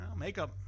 Makeup